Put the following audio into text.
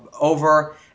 over